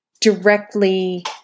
directly